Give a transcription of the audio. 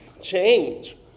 change